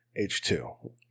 H2